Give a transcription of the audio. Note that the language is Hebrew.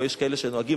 או יש כאלה שנוהגים,